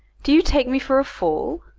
do you take me for a fool?